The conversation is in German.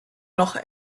noch